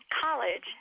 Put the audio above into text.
College